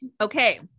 Okay